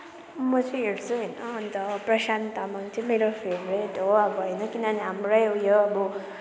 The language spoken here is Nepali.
म चाहिँ हेर्छु होइन अन्त प्रशान्त तामाङ चाहिँ मेरो फेभरेट हो अब होइन किनभने हाम्रै उयो अब